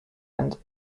went